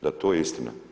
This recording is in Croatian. Da, to je istina.